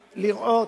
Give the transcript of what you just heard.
לראות,